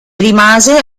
rimase